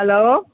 hello